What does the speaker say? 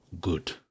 Good